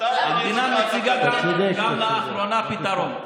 המדינה מציגה כאן לאחרונה גם פתרון.